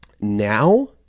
Now